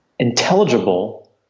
intelligible